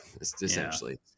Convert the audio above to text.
essentially